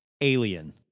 Alien